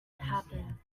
happen